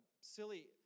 silly